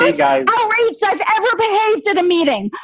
ah guy so i've ever behaved at a meeting.